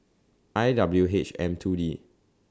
I W H M two D